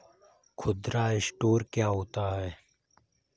खुदरा स्टोर क्या होता है?